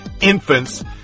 infants